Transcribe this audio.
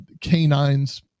canines